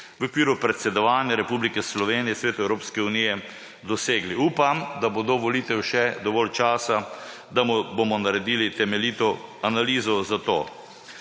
v okviru predsedovanja Republike Slovenije Svetu Evropske unije dosegli. Upam, da bo do volitev še dovolj časa, da bomo naredili temeljito analizo za to.